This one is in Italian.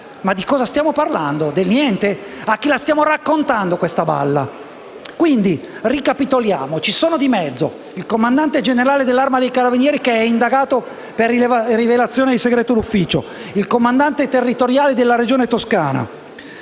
Ma di cosa stiamo parlando, del niente? A chi stiamo raccontando questa balla? Quindi, ricapitoliamo: ci sono di mezzo il comandante generale dell'Arma dei carabinieri, che è indagato per rivelazione di segreto d'ufficio; il comandante territoriale della Regione Toscana;